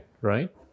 right